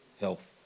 health